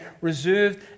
reserved